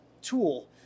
tool